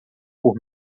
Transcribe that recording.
por